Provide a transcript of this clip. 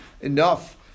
enough